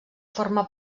forma